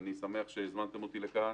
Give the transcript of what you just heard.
אני שמח שהזמנתם אותי לכאן,